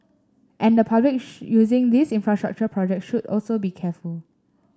and the public using these infrastructure project should also be careful